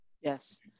Yes